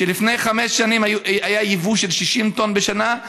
היבוא לפני חמש שנים היה 60 טון בשנה,